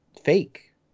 fake